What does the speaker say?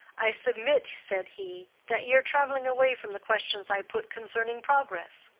i submit, said he, that ye're traveling away from the questions i put concerning progress.